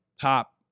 top